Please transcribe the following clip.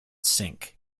sink